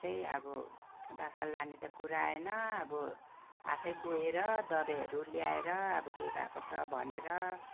चाहिँ अब बाख्रा लाने त कुरा आएन अब आफै गएर दबाईहरू ल्याएर अब के भएको छ भनेर